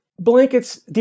blankets